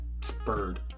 spurred